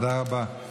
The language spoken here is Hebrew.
תודה רבה.